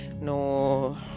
no